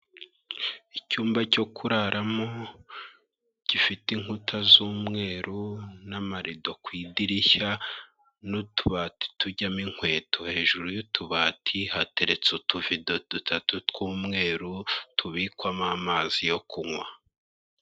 Icyumba cyo kuraramo gifite inkuta z'umweru, n'amarido ku idirishya, n'utubati tujyamo inkweto. Hejuru y'utubati, hateretse utuvido dutatu tw'umweru tubikwamo amazi yo kunywa.